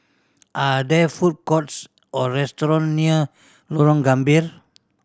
are there food courts or restaurant near Lorong Gambir